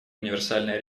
универсальное